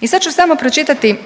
I sad ću samo pročitati